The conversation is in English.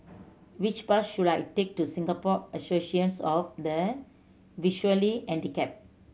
which bus should I take to Singapore Association of the Visually Handicapped